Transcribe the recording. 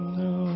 no